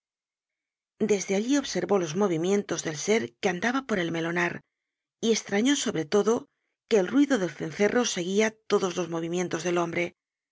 desde allí observó los movimientos del ser que andaba por el melonar y estrañó sobre todo que el ruido del cencerro seguia todos los movimientos del hombre